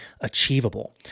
achievable